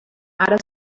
ara